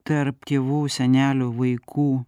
tarp tėvų senelių vaikų